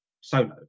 solo